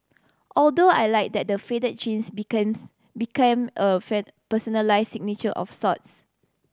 although I liked that the fade jeans became a personalise signature of sorts